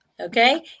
Okay